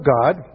God